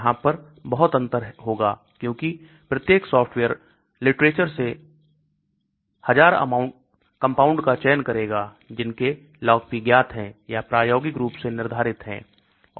यहां पर बहुत अंतर होगा क्योंकि प्रत्येक सॉफ्टवेयर लिटरेचर से 1000 अमाउंट का चयन करेगा जिनके LogP ज्ञात है या प्रायोगिक रूप से निर्धारित है